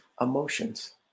emotions